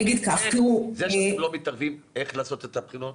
זה שאתם לא מתערבים איך לעשות את הבחינות,